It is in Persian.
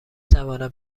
توانم